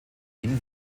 ihn